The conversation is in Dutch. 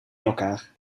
elkaar